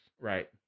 Right